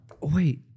Wait